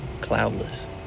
cloudless